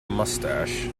moustache